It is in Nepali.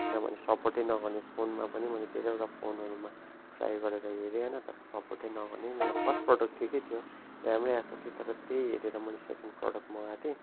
किनभने सपोर्टै नगर्ने फोनमा पनि मैले धेरैवटा फोनहरूमा ट्राइ गरेर हेरेँ होइन तर सपोर्टै नगर्ने मेरो फर्स्ट प्रडक्ट थियो के त्यो राम्रै आएको थियो तर त्यही हेरेर मैले सेकेन्ड प्रडक्ट मगाएको थिएँ